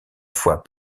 fois